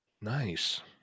Nice